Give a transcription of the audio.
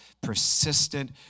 persistent